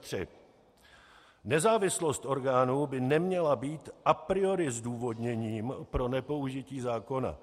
1.3 Nezávislost orgánů by neměla být a priori zdůvodněním pro nepoužití zákona.